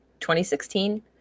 2016